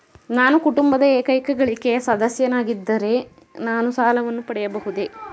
ನಾನು ಕುಟುಂಬದ ಏಕೈಕ ಗಳಿಕೆಯ ಸದಸ್ಯನಾಗಿದ್ದರೆ ನಾನು ಸಾಲವನ್ನು ಪಡೆಯಬಹುದೇ?